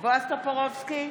בועז טופורובסקי,